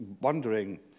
wondering